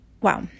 Wow